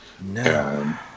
No